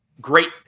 great